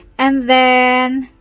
and then,